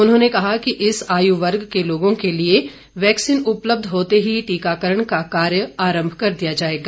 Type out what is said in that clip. उन्होंने कहा कि इस आयु वर्ग के लोगों के लिए वैक्सीन उपलब्ध होते ही टीकाकरण का कार्य आरम्भ कर दिया जाएगा